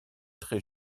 très